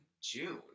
June